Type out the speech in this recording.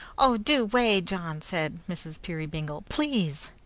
oh, do way, john! said mrs. peerybingle. please!